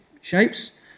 shapes